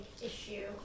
issue